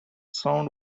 sound